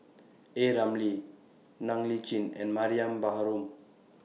A Ramli Ng Li Chin and Mariam Baharom